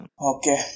Okay